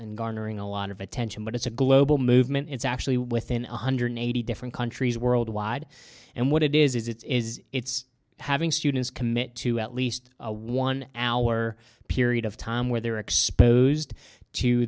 and garnering a lot of attention but it's a global movement it's actually within one hundred eighty different countries worldwide and what it is is it's is it's having students commit to at least a one hour period of time where they're exposed to